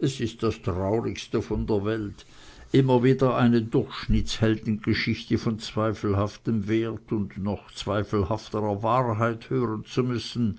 es ist das traurigste von der welt immer wieder eine durchschnittsheldengeschichte von zweifelhaftem wert und noch zweifelhafterer wahrheit hören zu müssen